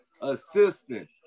assistant